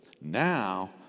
now